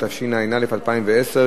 התשע"א-2011,